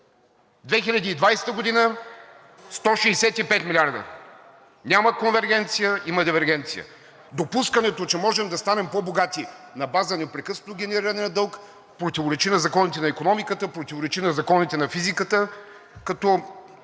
времето е изтекло.) Няма конвергенция – има дивергенция. Допускането, че можем да станем по-богати на база непрекъснато генериране на дълг, противоречи на законите на икономиката, противоречи на законите на физиката, като